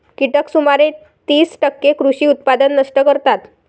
कीटक सुमारे तीस टक्के कृषी उत्पादन नष्ट करतात